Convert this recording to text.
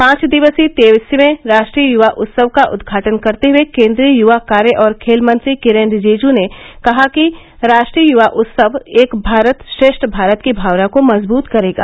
पांच दिवसीय तेईसवें राष्ट्रीय युवा उत्सव का उद्घाटन करते हुए केन्द्रीय युवा कार्य और खेल मंत्री किरेन रिजिजू ने कहा कि राष्ट्रीय युवा उत्सव एक भारत श्रेष्ठ भारत की भावना को मजबूत करेगा